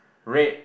red